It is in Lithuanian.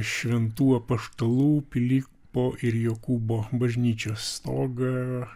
šventų apaštalų pilypo ir jokūbo bažnyčios stogą